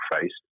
faced